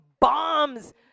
bombs